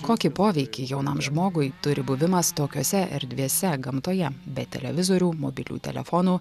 kokį poveikį jaunam žmogui turi buvimas tokiose erdvėse gamtoje be televizorių mobiliųjų telefonų